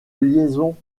liaison